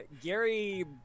Gary